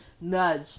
nudge